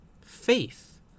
faith